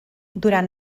durant